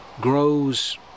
grows